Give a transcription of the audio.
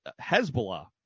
Hezbollah